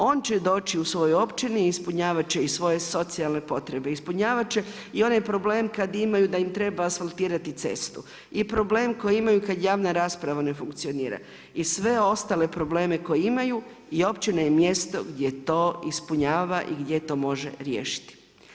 On će doći u svojoj općini, ispunjavati će i svoje socijalne potrebe, ispunjavati će i onaj problem kada imaju da im treba asfaltirati cestu i problem koji imaju kada javna rasprava ne funkcionira i sve ostale probleme koje imaju i općine i mjesto gdje to ispunjava i gdje to može riješiti.